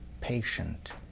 patient